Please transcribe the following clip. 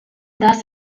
thus